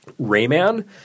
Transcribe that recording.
Rayman